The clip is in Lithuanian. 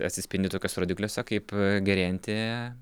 atsispindi tokiuose rodikliuose kaip gerėjanti